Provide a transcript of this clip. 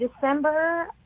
December